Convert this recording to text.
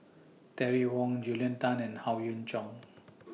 Terry Wong Julia Tan and Howe Yoon Chong